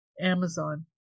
Amazon